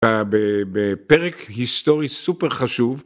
בפרק היסטורי סופר חשוב